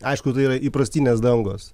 aišku tai yra įprastinės dangos